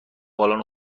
بالن